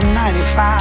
95